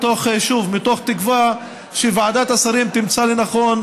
מתוך תקווה שוועדת השרים תמצא לנכון